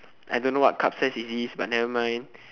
I don't know what cup size is this but nevermind